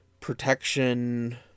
protection